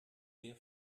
sehr